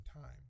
time